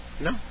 No